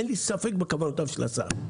אין לי ספק בכוונותיו של השר,